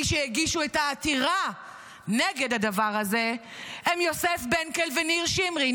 מי שהגישו את העתירה נגד הדבר הזה הם יוסף בנקל וניר שמרי.